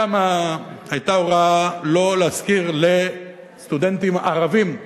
שם היתה הוראה לא להשכיר לסטודנטים ערבים דירות,